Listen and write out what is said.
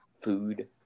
Food